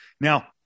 Now